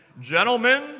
Gentlemen